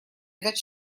этот